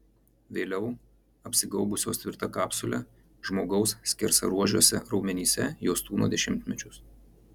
vėliau apsigaubusios tvirta kapsule žmogaus skersaruožiuose raumenyse jos tūno dešimtmečius